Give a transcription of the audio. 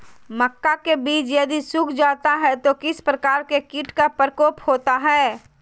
मक्का के बिज यदि सुख जाता है तो किस प्रकार के कीट का प्रकोप होता है?